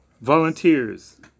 Volunteers